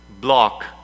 block